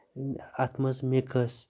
اَتھ منٛز مِکٕس